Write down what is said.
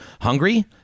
hungry